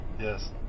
Yes